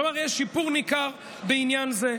כלומר יש שיפור ניכר בעניין זה.